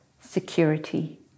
security